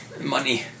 money